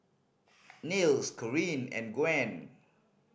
Nils Corinne and Gwen